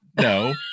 no